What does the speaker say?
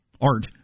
art